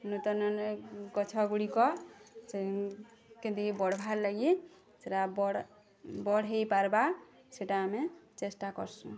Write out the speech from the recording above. ନୂତନ ନୂ ଗଛଗୁଡ଼ିକ ସେଇ କିନ୍ତି କି ବଢ଼ବାର୍ ଲାଗି ସେଟା ବଡ଼ ବଡ଼ ହେଇ ପାର୍ବା ସେଟା ଆମେ ଚେଷ୍ଟା କରସୁଁ